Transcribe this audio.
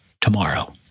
tomorrow